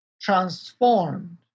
transformed